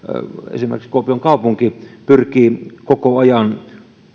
esimerkiksi kuopion kaupunki pyrkii koko ajan